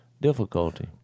difficulty